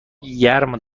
گرم